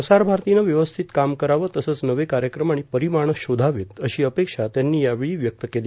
प्रसार भारतीनं व्यवस्थित काम करावं तसंच नवे कार्यक्रम आणि परिमाणं शोधावेत अशी अपेक्षा त्यांनी यावेळी व्यक्त केली